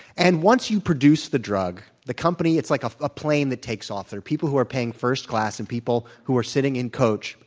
and once you produce the drug, the company it's like a ah plane that takes off. the people who are paying first class and people who are sitting in coach,